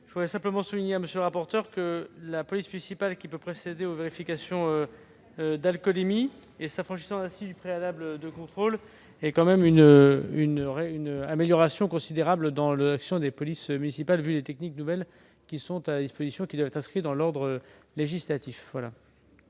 n° 206 rectifié . Monsieur le rapporteur, que la police municipale puisse procéder aux vérifications d'alcoolémie, s'affranchissant ainsi du préalable de contrôle, est tout de même une amélioration considérable dans l'action des polices municipales, au regard des techniques nouvelles qui sont à disposition et qui doivent être inscrites dans l'ordre législatif.